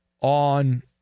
on